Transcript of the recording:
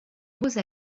roses